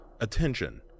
Attention